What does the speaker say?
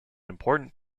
important